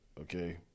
okay